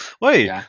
wait